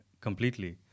completely